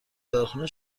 داروخانه